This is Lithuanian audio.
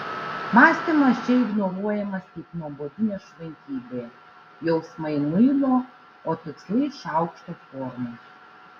mąstymas čia ignoruojamas kaip nuobodi nešvankybė jausmai muilo o tikslai šaukšto formos